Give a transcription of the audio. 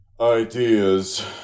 ideas